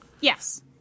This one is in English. yes